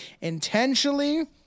intentionally